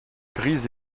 grises